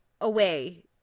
away